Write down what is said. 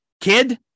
Kid